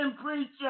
preacher